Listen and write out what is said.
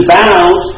bound